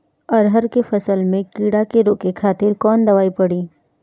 अरहर के फसल में कीड़ा के रोके खातिर कौन दवाई पड़ी?